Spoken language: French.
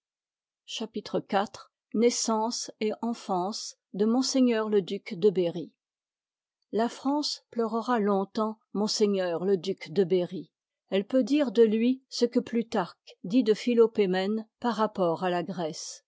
chapitre iv naissance et enfance de ms le duc de beny la france pleurera long-temps m le duc de berry elle peut dire de lui ce que plutarquc dit de philopaemen par rapport à la grèce